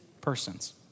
persons